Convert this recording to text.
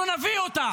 אנחנו נביא אותה.